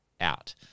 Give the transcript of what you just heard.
out